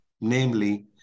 namely